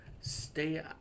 Stay